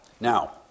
Now